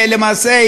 למעשה,